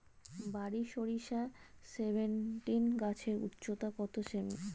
বারি সরিষা সেভেনটিন গাছের উচ্চতা কত সেমি?